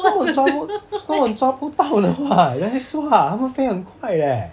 为什么你抓不 so 你抓不到的话 then so what 他们飞很快 leh